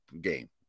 game